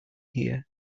here